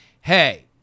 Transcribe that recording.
hey